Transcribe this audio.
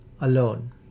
alone